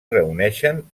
reuneixen